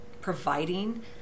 providing